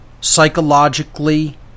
psychologically